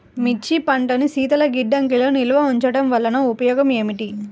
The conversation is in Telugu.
మిర్చి పంటను శీతల గిడ్డంగిలో నిల్వ ఉంచటం వలన ఉపయోగం ఏమిటి?